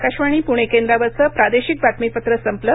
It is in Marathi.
आकाशवाणी प्रणे केंद्रावरचं प्रादेशिक बातमीपत्र संपलं